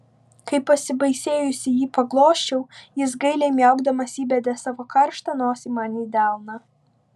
kai pasibaisėjusi jį paglosčiau jis gailiai miaukdamas įbedė savo karštą nosį man į delną